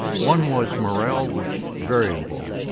one was morale was very low.